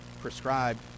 prescribed